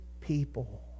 people